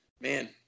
man